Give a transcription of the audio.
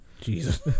Jesus